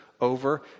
Over